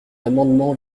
amendement